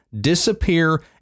disappear